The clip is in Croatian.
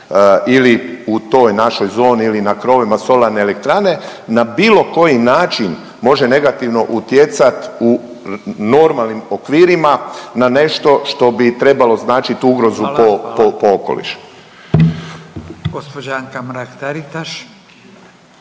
ili u toj našoj zoni ili na krovovima solarne elektrane na bilo koji način može negativno utjecati u normalnim okvirima na nešto što bi trebalo značiti ugrozu po okolišu. **Radin, Furio